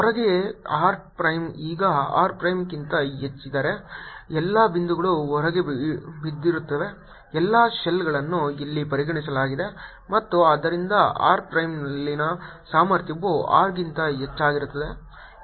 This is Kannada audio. ಹೊರಗೆ R ಪ್ರೈಮ್ ಈಗ R ಪ್ರೈಮ್ಕ್ಕಿಂತ ಹೆಚ್ಚಿದ್ದರೆ ಎಲ್ಲಾ ಬಿಂದುಗಳು ಹೊರಗೆ ಬಿದ್ದಿರುತ್ತವೆ ಎಲ್ಲಾ ಶೆಲ್ಗಳನ್ನು ಇಲ್ಲಿ ಪರಿಗಣಿಸಲಾಗಿದೆ ಮತ್ತು ಆದ್ದರಿಂದ R ಪ್ರೈಮ್ನಲ್ಲಿನ ಸಾಮರ್ಥ್ಯವು R ಗಿಂತ ಹೆಚ್ಚಾಗಿರುತ್ತದೆ